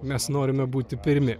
mes norime būti pirmi